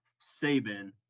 Saban